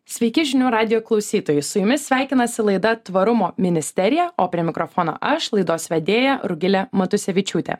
sveiki žinių radijo klausytojai su jumis sveikinasi laida tvarumo ministerija o prie mikrofono aš laidos vedėja rugilė matusevičiūtė